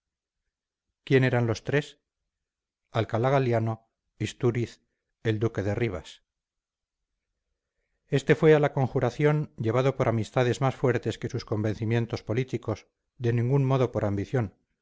quiénes eran los tres alcalá galiano istúriz el duque de rivas este fue a la conjuración llevado por amistades más fuertes que sus convencimientos políticos de ningún modo por ambición